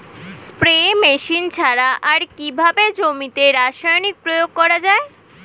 Spray machine ছাড়া আর কিভাবে জমিতে রাসায়নিক প্রয়োগ করা যায়?